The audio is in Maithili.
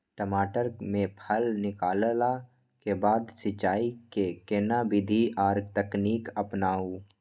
टमाटर में फल निकलला के बाद सिंचाई के केना विधी आर तकनीक अपनाऊ?